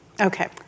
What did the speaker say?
Okay